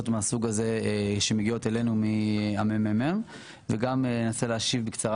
האלה שמגיעות אלינו מהמ.מ.מ וגם אנסה להשיב בקצרה